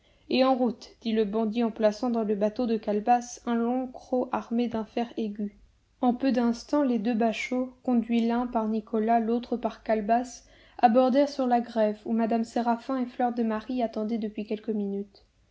et en route dit le bandit en plaçant dans le bateau de calebasse un long croc armé d'un fer aigu en peu d'instants les deux bachots conduits l'un par nicolas l'autre par calebasse abordèrent sur la grève où mme séraphin et fleur de marie attendaient depuis quelques minutes